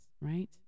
right